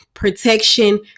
protection